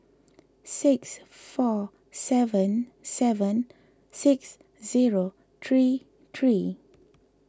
six four seven seven six zero three three